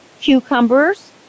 cucumbers